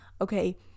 okay